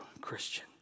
Christian